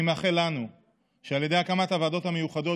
אני מאחל לנו שעל ידי הקמת הוועדות המיוחדות